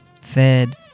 fed